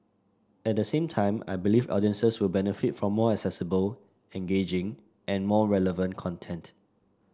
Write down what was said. at the same time I believe audiences will benefit from more accessible engaging and more relevant content